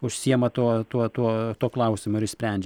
užsiima tuo tuo tuo tuo klausimu ir išsprendžia